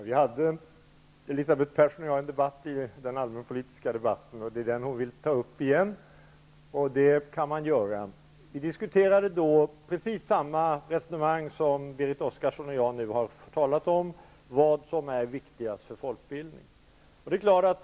Fru talman! Elisabeth Persson och jag hade en debatt i den allmänpolitiska debatten, och den vill hon nu ta upp igen. Det kan man göra. Vi diskuterade då precis samma fråga som Berit Oscarsson och jag nu har talat om, nämligen vad som är viktigast för folkbildningen.